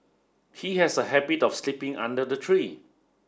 he has a habit of sleeping under the tree